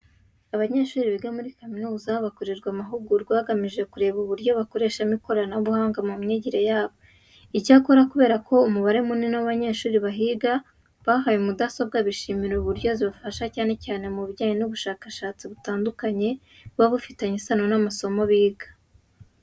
Abanyeshuri biga muri kaminuza bakorerwa amahugurwa hagamijwe kureba uburyo bakoreshamo ikoranabuhanga mu myigire yabo. Icyakora kubera ko umubare munini w'abanyeshuri bahiga bahawe mudasobwa, bishimira uburyo zibafasha cyane mu bijyanye n'ubushakashatsi butandukanye buba bufitanye isano n'amasomo biga.